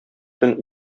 төн